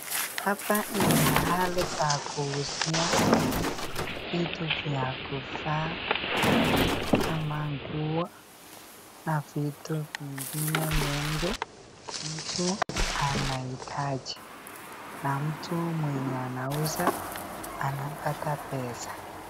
Hapa ni mahali pa kuuzia vitu vya kuvaa kama nguo na vitu vingine mengi mtu anahitaji na mtu mwenye anauza anapata pesa.